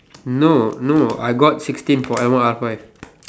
no no I got sixteen point I want half price